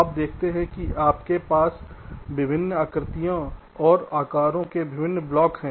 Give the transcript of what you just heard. तो आप देखते हैं कि आपके पास विभिन्न आकृतियों और आकारों के विभिन्न ब्लॉक हैं